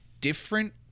different